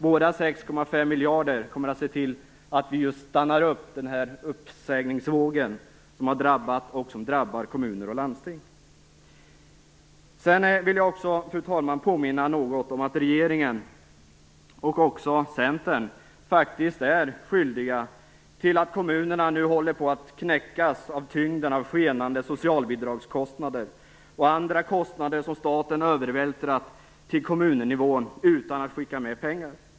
Våra 6,5 miljarder kommer att se till att vi stoppar uppsägningsvågen som har drabbat och drabbar kommuner och landsting. Jag vill också påminna något om att regeringen och Centern faktiskt är skyldiga till att kommunerna nu håller på att knäckas av tyngden av skenande socialbidragskostnader och andra kostnader som staten övervältrat till kommunnivå utan att skicka med pengar.